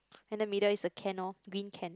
then the middle is the can loh green can